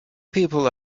people